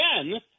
again